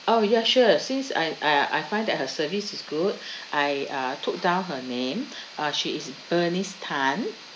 oh ya sure since I I I find that her service is good I uh took down her name uh she is bernice tan